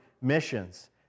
missions